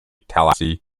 tallahassee